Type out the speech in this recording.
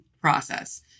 process